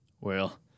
Well